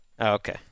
Okay